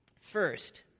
First